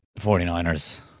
49ers